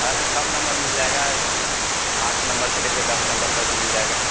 है सब नंबर मिल जाएगा पाँच नंबर से लेकर दस नंबर तक मिल जाएगा